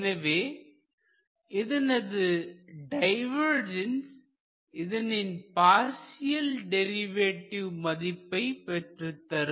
எனவே இதனது டைவர்ஜென்ட்ஸ் இதனின் பார்சியல் டெரிவேட்டிவ் மதிப்பை பெற்றுத் தரும்